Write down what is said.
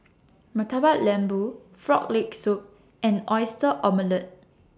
Murtabak Lembu Frog Leg Soup and Oyster Omelette